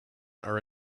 are